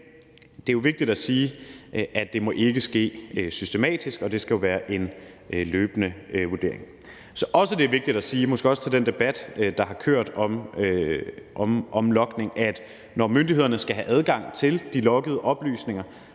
Men det er vigtigt at sige, at det jo ikke må ske systematisk, og at det skal være en løbende vurdering. Jeg synes også, det er vigtigt at sige – måske også i forhold til den debat, der har kørt om logning – at der, når myndighederne skal have adgang til de loggede oplysninger,